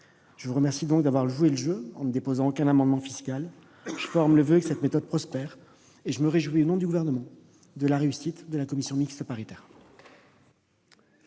Je vous remercie d'avoir joué le jeu en ne déposant aucun amendement fiscal. Je forme le voeu que cette méthode prospère et je me réjouis, au nom du Gouvernement, de la réussite de cette commission mixte paritaire.